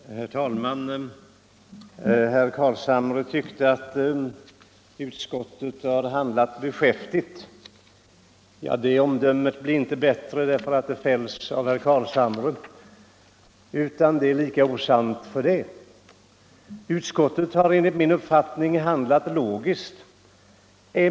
Herr talman! Herr Carlshamre tyckte att utskottet har handlat beskäftigt. Det omdömet blir inte sakligt bättre därför att det fälls av herr Carlshamre, utan det är lika osant för det. Enligt min uppfattning har utskottet handlat logiskt.